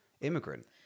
immigrant